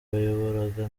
bayoboraga